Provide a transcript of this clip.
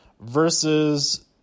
versus